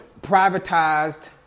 privatized